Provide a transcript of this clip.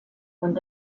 und